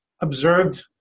observed